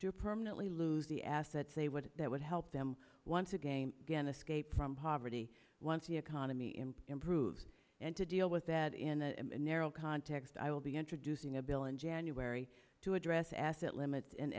to permanently lose the assets they would that would help them once again again escape from poverty once the economy in improves and to deal with that in a narrow context i will be introducing a bill in january to address asset limits and